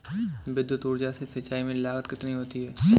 विद्युत ऊर्जा से सिंचाई में लागत कितनी होती है?